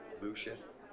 Lucius